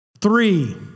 Three